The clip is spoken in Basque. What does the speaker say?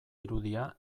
irudia